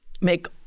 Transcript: make